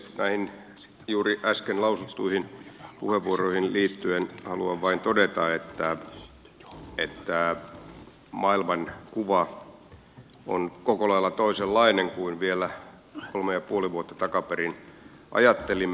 näihin juuri äsken lausuttuihin puheenvuoroihin liittyen haluan vain todeta että maailman kuva on koko lailla toisenlainen kuin mitä vielä kolme ja puoli vuotta takaperin ajattelimme